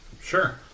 Sure